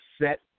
set